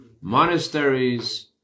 monasteries